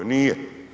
Nije.